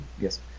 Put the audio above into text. yes